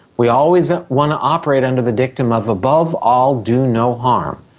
we always want to operate under the dictum of above all, do no harm'.